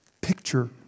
picture